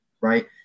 right